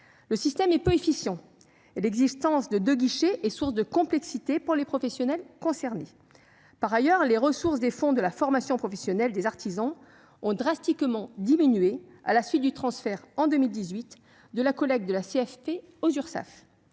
Le système est peu efficient et l'existence de deux guichets est source de complexité pour les professionnels concernés. Par ailleurs, les ressources des fonds de la formation professionnelle des artisans ont radicalement diminué à la suite du transfert, en 2018, de la collecte de la contribution